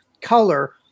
color